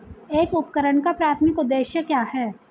एक उपकरण का प्राथमिक उद्देश्य क्या है?